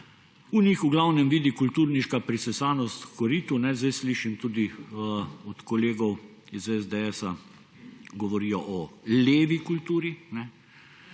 v njih v glavnem vidi kulturniško prisesanost h koritu? Zdaj slišim tudi od kolegov iz SDS, da govorijo o levi kulturi, da